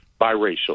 biracial